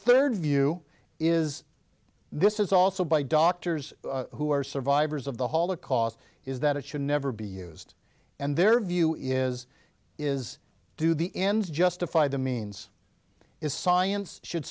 third view is this is also by doctors who are survivors of the holocaust is that it should never be used and their view is is do the ends justify the means is science should